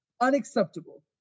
Unacceptable